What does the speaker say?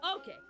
okay